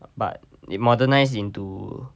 but it modernized into